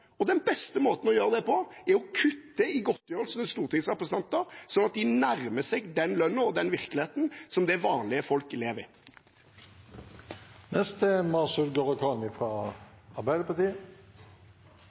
Og den beste måten å gjøre det på, er å kutte i godtgjørelsene til stortingsrepresentanter, slik at de nærmer seg den lønna og den virkeligheten som vanlige folk lever